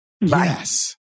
Yes